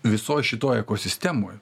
visoj šitoj ekosistemoj